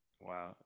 Wow